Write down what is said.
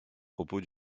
propos